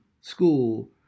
school